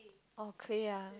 oh clay ah